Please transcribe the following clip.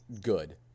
good